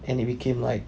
and it became like